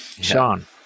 Sean